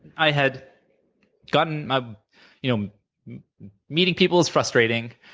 i had gotten my you know meeting people is frustrating.